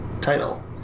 title